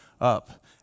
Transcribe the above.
up